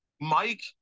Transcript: Mike